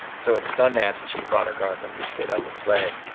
so at sundance, when she had brought her cards, and we stayed up and played.